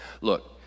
Look